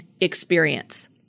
experience